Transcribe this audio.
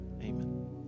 Amen